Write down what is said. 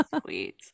Sweet